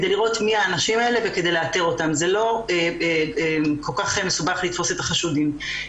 זה לא כל כך מסובך לתפוס את החשודים.